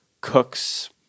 cooks